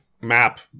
map